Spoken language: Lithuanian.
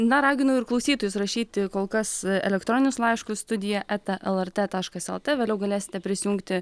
na raginu ir klausytojus rašyti kol kas elektroninius laiškus studija eta lrt taškas lt vėliau galėsite prisijungti